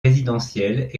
résidentielles